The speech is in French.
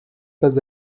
pas